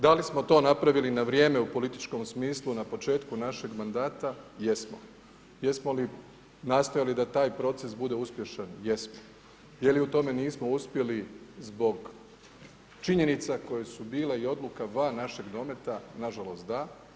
Da li smo to napravili na vrijeme u političkom smislu na početku našeg mandata, jesmo, jesmo li nastojali da taj proces bude uspješan, jesmo, je li u tome nismo uspjeli zbog činjenica koje su bile i odluka van našeg dometa, nažalost da.